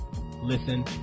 listen